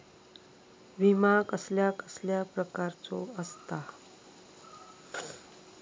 विमा कसल्या कसल्या प्रकारचो असता?